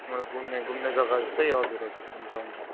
हजुर घुम्ने घुम्ने जग्गा जस्तै हजुर हजुर हुन्छ हुन्छ